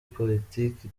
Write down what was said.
politiki